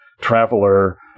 traveler